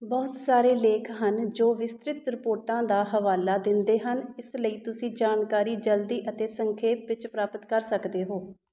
ਬਹੁਤ ਸਾਰੇ ਲੇਖ ਹਨ ਜੋ ਵਿਸਤ੍ਰਿਤ ਰਿਪੋਰਟਾਂ ਦਾ ਹਵਾਲਾ ਦਿੰਦੇ ਹਨ ਇਸ ਲਈ ਤੁਸੀਂ ਜਾਣਕਾਰੀ ਜਲਦੀ ਅਤੇ ਸੰਖੇਪ ਵਿੱਚ ਪ੍ਰਾਪਤ ਕਰ ਸਕਦੇ ਹੋ